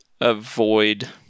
avoid